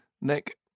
Nick